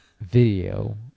video